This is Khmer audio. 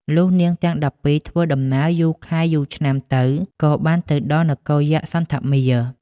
លុះនាងទាំង១២ធ្វើដំណើរយូរខែយូរឆ្នាំទៅក៏បានទៅដល់នគរយក្សសន្ធមារ។